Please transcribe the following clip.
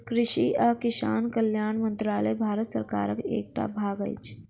कृषि आ किसान कल्याण मंत्रालय भारत सरकारक एकटा भाग अछि